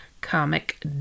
Comic